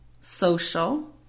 social